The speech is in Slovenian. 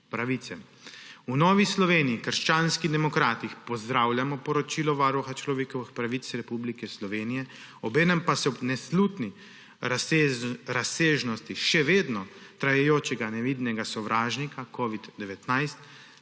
V Novi Sloveniji – krščanskih demokratih pozdravljamo poročilo Varuha človekovih pravic Republike Slovenije, obenem pa ob nesluteni razsežnosti še vedno trajajočega nevidnega sovražnika covida-19